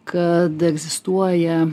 kad egzistuoja